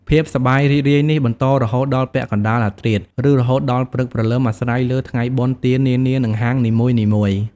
ភាពសប្បាយរីករាយនេះបន្តរហូតដល់ពាក់កណ្ដាលអាធ្រាត្រ ឬរហូតដល់ព្រឹកព្រលឹមអាស្រ័យលើថ្ងៃបុណ្យទាននានា និងហាងនីមួយៗ។